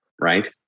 right